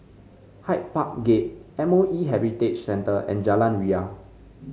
Hyde Park Gate M O E Heritage Centre and Jalan Ria